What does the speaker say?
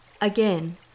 Again